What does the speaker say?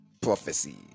prophecy